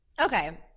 Okay